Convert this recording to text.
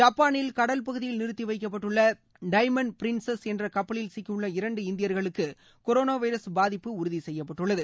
ஜப்பானில் கடல் பகுதியில் நிறுத்தி வைக்கப்பட்டுள்ள டைமண்ட் பிரின்ஸஸ் என்ற கப்பலில் சிக்கியுள்ள இரண்டு இந்தியர்களுக்கு கொரோனோ வைரஸ் பாதிப்பு உறுதி செய்யப்பட்டுள்ளது